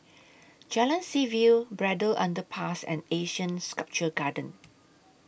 Jalan Seaview Braddell Underpass and Asean Sculpture Garden